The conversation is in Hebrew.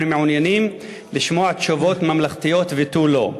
אנו מעוניינים לשמוע תשובות ממלכתיות ותו-לא.